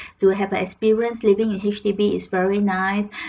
to have the experience living in H_D_B is very nice